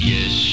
Yes